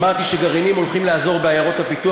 אמרתי שגרעינים הולכים לעזור בעיירות הפיתוח,